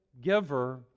giver